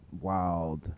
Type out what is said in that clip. wild